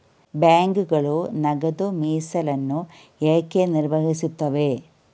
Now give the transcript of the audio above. ಬ್ಯಾಂಕುಗಳು ನಗದು ಮೀಸಲನ್ನು ಏಕೆ ನಿರ್ವಹಿಸುತ್ತವೆ?